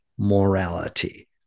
Morality